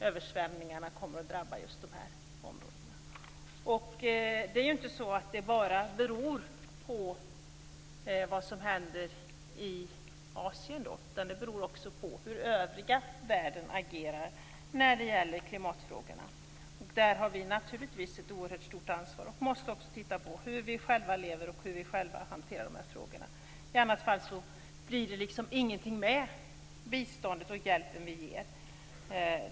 Översvämningarna kommer att drabba just dem. Det beror inte bara på vad som händer i Asien. Det beror också på hur övriga världen agerar när det gäller klimatfrågorna. Där har vi naturligtvis ett oerhört stort ansvar. Vi måste titta på hur vi själva lever och hur vi själva hanterar de här frågorna. I annat fall blir det liksom ingenting med biståndet och hjälpen vi ger.